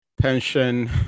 Pension